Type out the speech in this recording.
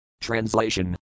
Translation